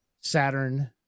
Saturn